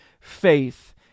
faith